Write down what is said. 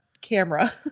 camera